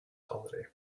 holiday